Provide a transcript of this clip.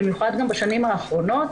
במיוחד בשנים האחרונות,